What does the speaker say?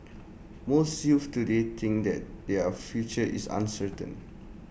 most youths today think that their future is uncertain